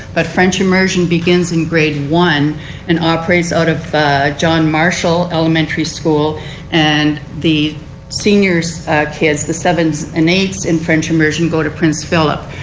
but french emersion begins in grade one and operates out of jon marshall elementary school and the seniors the seven and eight in french emersion go to french philips.